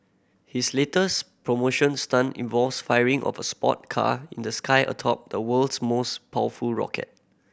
his latest promotion stunt involves firing off a sport car in the sky atop the world's most powerful rocket